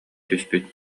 түспүт